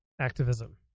activism